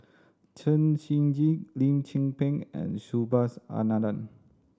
Chen Shiji Lim Tze Peng and Subhas Anandan